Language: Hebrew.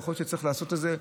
ויכול שצריך לעשות את זה.